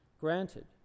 granted